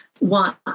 want